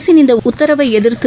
அரசின் இந்த உத்தரவை எதிர்த்து